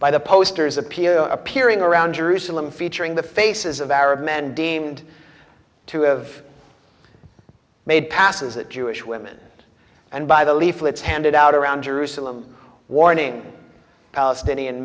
by the posters appeal appearing around jerusalem featuring the faces of arab men deemed to have made passes at jewish women and by the leaflets handed out around jerusalem warning palestinian